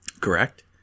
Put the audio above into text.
Correct